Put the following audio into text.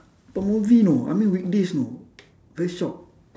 per movie you know I mean weekdays you know very shocked